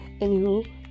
Anywho